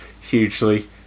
hugely